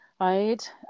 right